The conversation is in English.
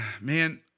Man